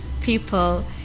people